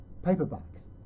paperbacks